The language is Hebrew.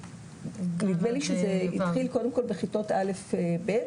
נדמה לי שזה התחיל קודם כול בכיתות א'-ב',